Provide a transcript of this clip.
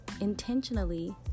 intentionally